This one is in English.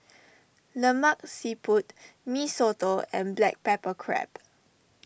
Lemak Siput Mee Soto and Black Pepper Crab